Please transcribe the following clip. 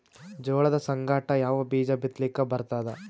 ಜೋಳದ ಸಂಗಾಟ ಯಾವ ಬೀಜಾ ಬಿತಲಿಕ್ಕ ಬರ್ತಾದ?